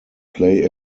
play